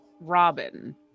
Robin